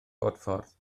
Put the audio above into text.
bodffordd